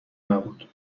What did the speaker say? نبود